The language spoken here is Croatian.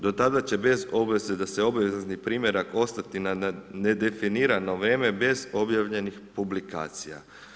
Do tada će bez obveze da se obavezni primjerak ostati na nedefinirano vrijeme, bez obavljenih publikacija.